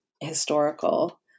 historical